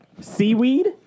Seaweed